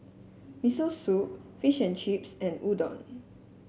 Miso Soup Fish and Chips and Udon